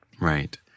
Right